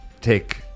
take